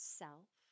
self